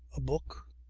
a book.